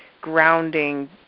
grounding